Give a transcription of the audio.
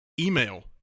email